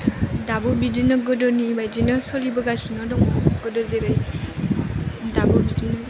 दाबो बिदिनो गोदोनि बायदिनो सोलिबोगासिनो दङ गोदो जेरै दाबो बिदिनो